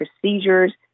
procedures